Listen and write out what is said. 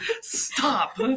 Stop